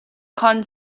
conn